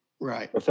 Right